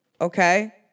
Okay